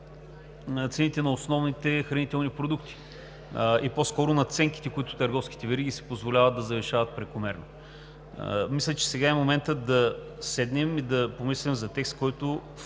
…цените на основните хранителни продукти и по-скоро надценките, които търговските вериги си позволяват да завишават прекомерно. Мисля, че сега е моментът да седнем и да помислим за текст, който